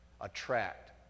attract